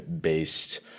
based